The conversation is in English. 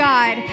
God